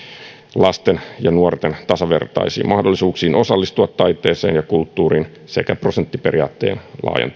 lasten ja nuorten tasavertaisiin mahdollisuuksiin osallistua taiteeseen ja kulttuuriin sekä prosenttiperiaatteen laajentamiseen